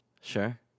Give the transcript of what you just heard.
Sure